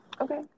Okay